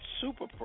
super